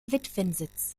witwensitz